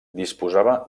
disposava